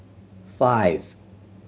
five